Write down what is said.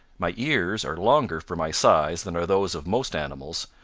my ears are longer for my size than are those of most animals,